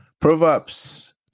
Proverbs